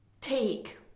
take